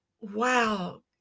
wow